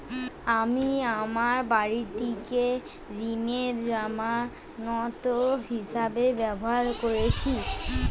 আমি আমার বাড়িটিকে ঋণের জামানত হিসাবে ব্যবহার করেছি